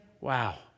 Wow